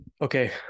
Okay